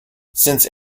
since